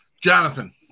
Jonathan